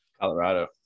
Colorado